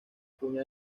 cuña